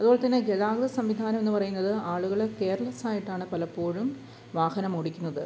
അതുപോലെ തന്നെ ഗതാഗത സംവിധാനം എന്ന് പറയുന്നത് ആളുകൾ കെയർലെസ് ആയിട്ടാണ് പലപ്പോഴും വാഹനം ഓടിക്കുന്നത്